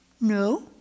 No